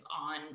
on